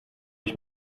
ich